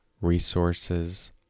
resources